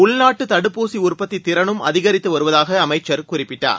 உள்நாட்டுத் தடுப்பூசி உற்பத்தித் திறனும் அதிகரித்து வருவதாக அமைச்சர் குறிப்பிட்டார்